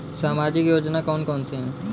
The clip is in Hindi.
सामाजिक योजना कौन कौन सी हैं?